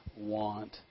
want